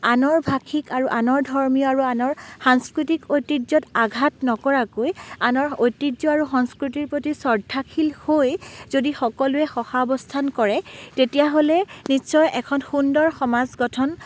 আনৰ ভাষিক আৰু আনৰ ধৰ্মীয় আৰু আনৰ সাংস্কৃতিক ঐতিহ্যত আঘাত নকৰাকৈ আনৰ ঐতিহ্য আৰু সংস্কৃতিৰ প্ৰতি শ্ৰদ্ধাশীল হৈ যদি সকলোৱে সহাৱস্থান কৰে তেতিয়া হ'লে নিশ্চয় এখন সুন্দৰ সমাজ গঠন